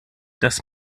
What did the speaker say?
das